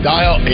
Dial